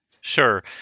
Sure